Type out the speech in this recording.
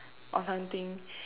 or something